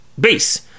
base